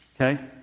okay